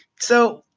so,